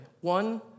One